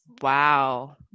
wow